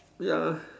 ya